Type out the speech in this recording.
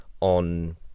on